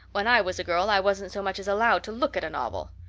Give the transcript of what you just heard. when i was a girl i wasn't so much as allowed to look at a novel.